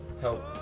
help